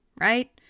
right